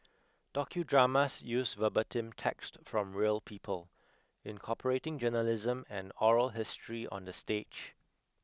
docudramas use verbatim text from real people incorporating journalism and oral history on the stage